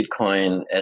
Bitcoin